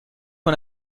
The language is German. man